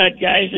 guys